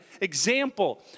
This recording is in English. example